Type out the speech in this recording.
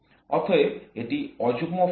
অতএব এটি অযুগ্ম ফাংশন